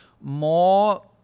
more